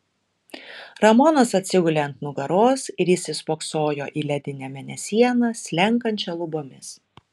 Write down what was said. ramonas atsigulė ant nugaros ir įsispoksojo į ledinę mėnesieną slenkančią lubomis